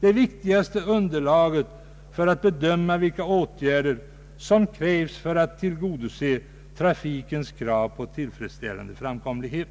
bildar det viktigaste underlaget för att bedöma vilka åtgärder som krävs för att tillgodose trafikens krav på nöjaktig framkomlighet.